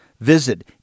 Visit